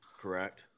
correct